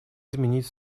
изменить